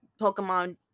Pokemon